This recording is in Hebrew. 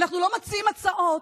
אנחנו לא מציעים הצעות